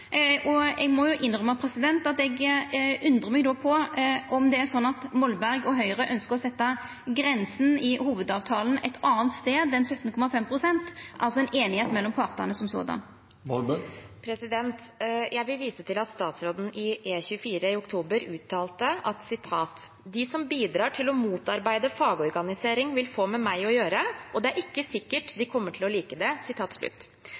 Eg må innrømma at eg då undrar på om det er slik at Molberg og Høgre ønskjer å setja grensa i hovudavtalen ein annan plass enn 17,5 pst., som altså er einigheita mellom partane. Jeg vil vise til at statsråden i E24 i oktober uttalte: «De som bidrar til å motarbeide fagorganisering vil få med meg å gjøre, og det er ikke sikkert de kommer til å like det.»